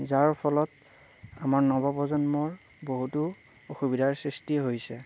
যাৰ ফলত আমাৰ নৱপ্ৰজন্মৰ বহুতো অসুবিধাৰ সৃষ্টি হৈছে